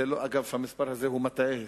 אגב, המספר הזה הוא מטעה.